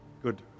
Good